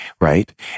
right